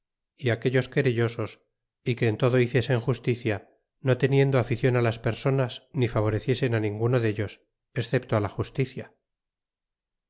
é aquellos querellosos y que en todo hiciesen justicia no teniendo aficion las personas ni favoreciesen ninguno dellos excepto la justicia